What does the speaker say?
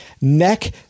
neck